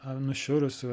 ar nušiurusių